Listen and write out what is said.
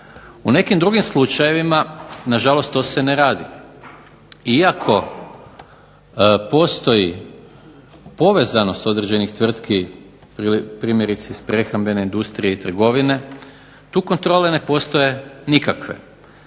u nekim drugim slučajevima nažalost to se ne radi. Iako postoji povezanost određenih tvrtki, primjerice iz prehrambene industrije i trgovine, tu kontrole ne postoje nikakve.